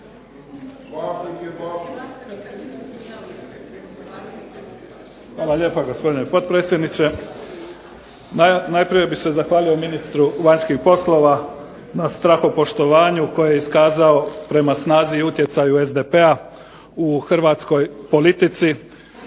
Hvala lijepo gospodine potpredsjedniče. Najprije bih se zahvalio ministru vanjskih poslova na strahopoštovanju koje je iskazao prema snazi i utjecaju SDP-a u hrvatskoj politici,